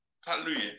Hallelujah